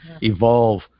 evolve